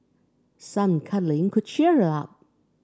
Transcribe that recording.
some cuddling could cheer her up